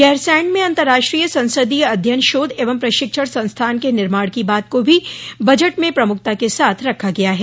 गैरसैंण में अन्तर्राष्ट्रीय संसदीय अध्ययन शोध एवं प्रशिक्षण संस्थान के निर्माण की बात को भी बजट में प्रमुखता के साथ रखा गया है